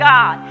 God